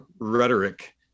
rhetoric